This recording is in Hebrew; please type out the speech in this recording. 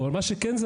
מה שכן,